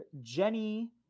Jenny